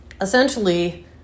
essentially